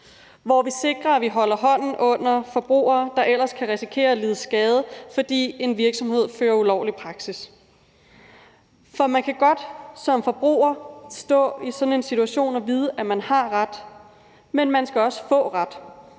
hvor vi sikrer, at vi holder hånden under forbrugere, der ellers kan risikere at lide skade, fordi en virksomhed fører en ulovlig praksis. Man kan godt som forbruger stå i sådan en situation og vide, at man har ret, men man skal også få ret.